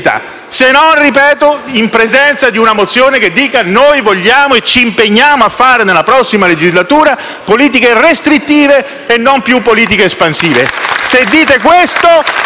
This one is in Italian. se non - ripeto - in presenza di una mozione che dica che essi vogliono e che si impegnano a fare, nella prossima legislatura, politiche restrittive e non più politiche espansive. Se dite questo,